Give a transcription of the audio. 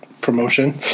promotion